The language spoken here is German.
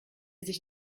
sich